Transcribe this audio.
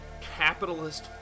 capitalist